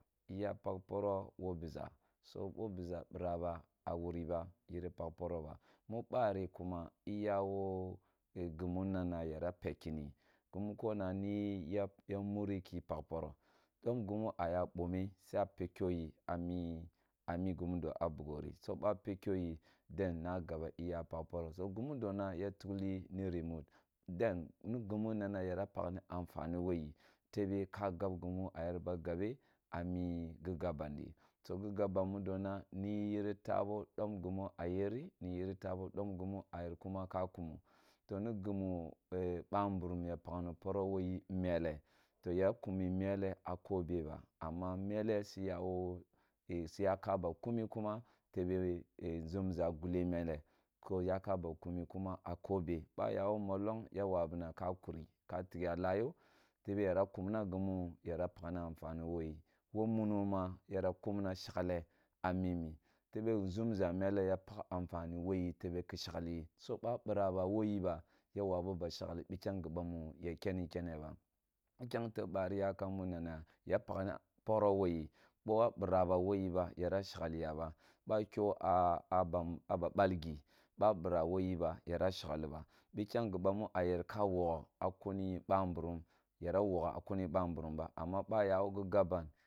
Iya pakh poro wo biza bo bo biʒa bira ba a wyri ba yiri gimmu na na ya pekki ni gimu ko nani ya muri ki pakh poro dom gemu a bome sei a pekyo yi ami amigemudo a bugho risp boa pekyo ye then na galw iya pakh poro so gemufo n ya tekh yi ni rimot den ni ge munwa ya tukliyi ni rimot den i gemunwa ya pakhni anfani wo yi tabe ka gab gunm a yer ba gabr ami gi yeri tabo dom gimu a yeri niyer tah bo dom gemu a yerkuma ka kumo to ni gume e bamburum ya pakhni poro wo ye mele to ya kumi mele a ko be ba amma mele siya wo e siya ka ba kumi kuma tebe e nʒumza gulle mele ko yaka ba kume kumo a ko be boa yawo mollong ya wabuna ka kuneka tigha lah yo tebe yera kumna gimu yara pakh ni anfani wo ye loo muno ma yara kumna shagle a minu tebe nʒumʒa mele ya pakh anfani wo yi tebe ki shagh so ba bira wo yi ba ya wabi shagh bikyang gibamu ya kanni kene ba bikyang teh beari yakam munnan yapakna poro woyi bon nira ba wo yiba yara shagli ya ba boa kyo a a ba a ba bal gi ba bira woyu ba yara shagliba bikyang gi bamu a yer ka wogho a kune ba mburum yara wogha kuni bamburum ba amma ba yawo je gabban